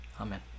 Amen